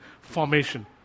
formation